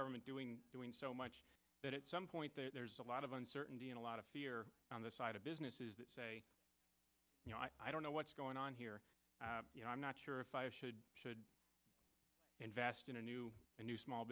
government doing doing so much that it's some point there's a lot of uncertainty and a lot of fear on the side of businesses that you know i don't know what's going on here you know i'm not sure if i should invest in a new a new small